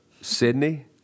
Sydney